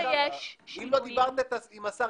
אם לא דיברת עם השר,